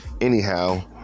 anyhow